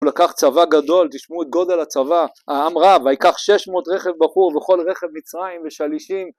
לקח צבא גדול תשמעו את גודל הצבא העם רב ויקח 600 רכב בחור וכל רכב מצרים ושלישים